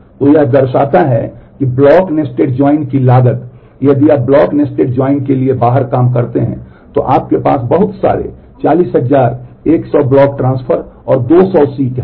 तो यह दर्शाता है कि ब्लॉक नेस्टेड जॉइन हैं